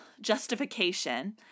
justification